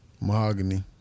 Mahogany